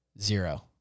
zero